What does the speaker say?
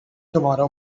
tomorrow